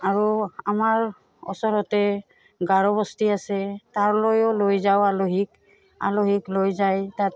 আৰু আমাৰ ওচৰতে গাৰোবস্তি আছে তালৈও লৈ যাওঁ আলহীক আলহীক লৈ যায় তাত